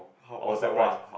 how what small price